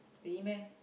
really meh